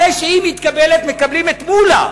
אחרי שהיא מתקבלת מקבלים את מולה